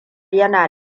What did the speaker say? yana